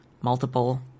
multiple